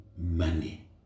money